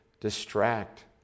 distract